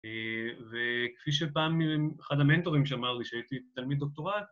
וכפי שפעם אחד המנטורים שאמר לי כשהייתי תלמיד דוקטורט